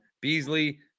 Beasley